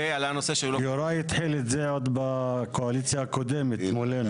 ועלה הנושא --- יוראי התחיל את זה עוד בקואליציה הקודמת מולנו.